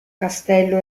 castello